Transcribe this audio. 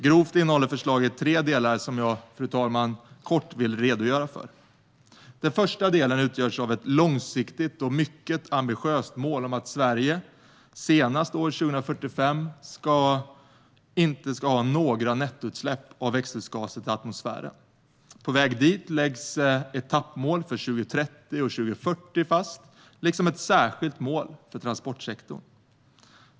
Grovt innehåller förslaget tre delar som jag, fru talman, kortfattat vill redogöra för. Den första delen utgörs av ett långsiktigt och mycket ambitiöst mål om att Sverige senast år 2045 inte ska ha några nettoutsläpp av växthusgaser till atmosfären. På väg dit läggs etappmål för 2030 och 2040 fast, liksom ett särskilt mål för transportsektorn.